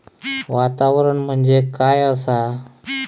वातावरण म्हणजे काय असा?